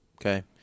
Okay